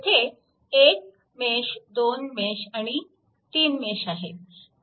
येथे 1 mesh 2 mesh आणि 3 mesh आहे